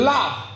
Love